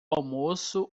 almoço